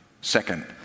Second